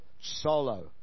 solo